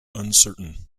uncertain